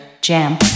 Jam